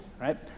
right